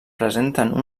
presenten